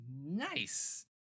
nice